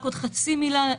רק עוד חצי מילה.